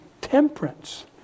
temperance